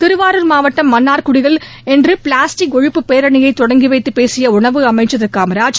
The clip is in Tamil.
திருவாரூர் மாவட்டம் மன்னார்குடியில் இன்று பிளாஸ்டிக் ஒழிப்புப் பேரணியை தொடங்கி வைத்து பேசிய உனவு அமைச்ன் திரு காமராஜ்